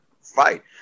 fight